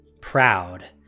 Proud